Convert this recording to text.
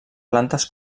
plantes